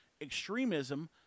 extremism